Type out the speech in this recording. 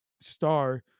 star